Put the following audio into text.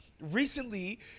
Recently